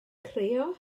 crio